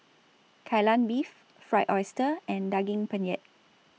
Kai Lan Beef Fried Oyster and Daging Penyet